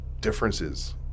differences